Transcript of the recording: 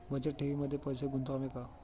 बचत ठेवीमध्ये पैसे गुंतवावे का?